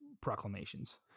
proclamations